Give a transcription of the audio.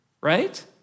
right